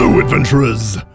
Adventurers